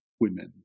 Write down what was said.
women